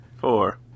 four